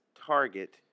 Target